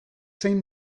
zein